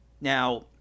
Now